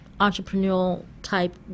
entrepreneurial-type